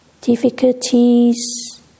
difficulties